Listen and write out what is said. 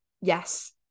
yes